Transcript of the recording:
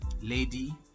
lady